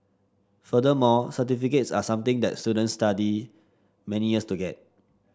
furthermore certificates are something that students study many years to get